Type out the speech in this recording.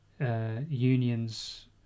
unions